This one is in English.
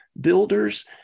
builders